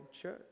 church